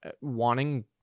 wanting